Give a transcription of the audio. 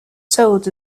sold